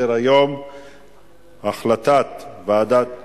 אני קובע שהצעת חוק מועדים לתשלום באמצעות הרשאה לחיוב חשבון (תיקוני